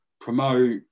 promote